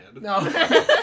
No